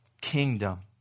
kingdom